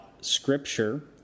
Scripture